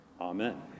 Amen